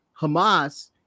Hamas